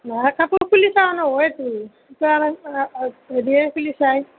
অঁ কাপোৰ খুলি চাৱা নহয়তো ইতা হেৰিহে খুলি চায়